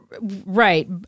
Right